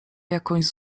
jakąś